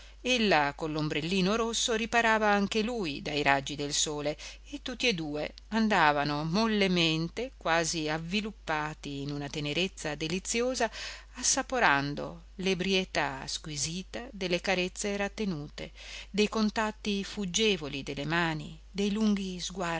ella con l'ombrellino rosso riparava anche lui dai raggi del sole e tutti e due andavano mollemente quasi avviluppati in una tenerezza deliziosa assaporando l'ebrietà squisita delle carezze rattenute dei contatti fuggevoli delle mani dei lunghi